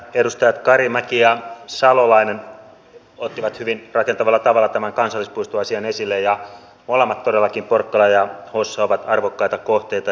edustajat karimäki ja salolainen ottivat hyvin rakentavalla tavalla tämän kansallispuistoasian esille ja molemmat todellakin porkkala ja hossa ovat arvokkaita kohteita